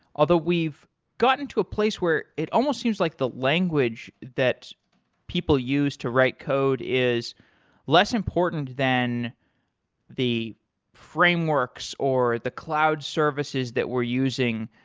although we've gotten to a place where it almost seems like the language that people use to write code is less important than the frameworks or the cloud services that we're using,